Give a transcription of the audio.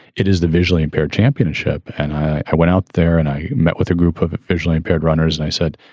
it is the visually impaired championship. and i i went out there and i met with a group of visually impaired runners and i said,